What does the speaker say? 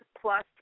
plus